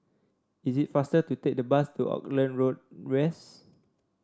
is it faster to take the bus to Auckland Road West